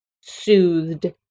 soothed